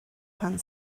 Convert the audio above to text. pan